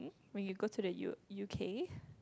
when you go to the U~ u_k